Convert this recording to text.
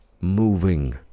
moving